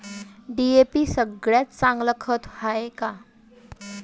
DAP सगळ्यात चांगलं खत हाये का?